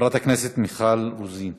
חברת הכנסת מיכל רוזין,